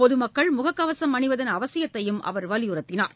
பொதுமக்கள் முகக்கவசம் அணிவதன் அவசியத்தையும் அவர் வலியுறுத்தினார்